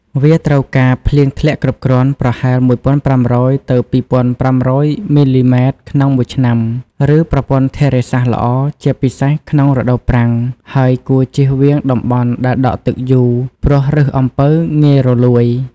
វាត្រូវការ ភ្លៀងធ្លាក់គ្រប់គ្រាន់ ប្រហែល ១៥០០ ទៅ ២៥០០ មិល្លីម៉ែត្រក្នុងមួយឆ្នាំ ឬប្រព័ន្ធធារាសាស្ត្រល្អ ជាពិសេសក្នុងរដូវប្រាំង ហើយគួរចៀសវាងតំបន់ដែលដក់ទឹកយូរ ព្រោះឫសអំពៅងាយរលួយ។